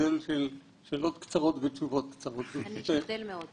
אני חושב שאת הנושא